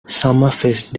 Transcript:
summerfest